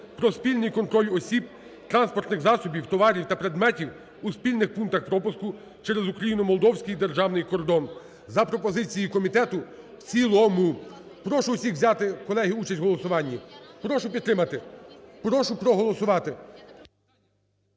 про спільний контроль осіб, транспортних засобів, товарів та предметів у спільних пунктах пропуску через українсько-молдовський державний кордон. За пропозицією комітету - в цілому, прошу усіх взяти, колеги, участь в голосуванні. Прошу підтримати, прошу проголосувати.